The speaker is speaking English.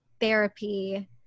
therapy